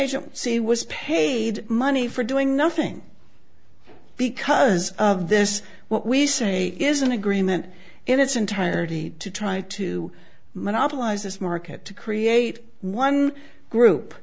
agency was paid money for doing nothing because of this what we say is an agreement in its entirety to try to monopolize this market to create one group